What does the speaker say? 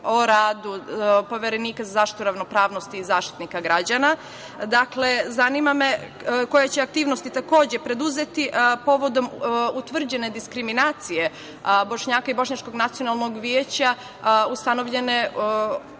o radu Poverenika za zaštitu ravnopravnosti i Zaštitnika građana? Dakle, zanima me koje će aktivnosti takođe preduzeti povodom utvrđene diskriminacije Bošnjaka i Bošnjačkog nacionalnog veća ustanovljene od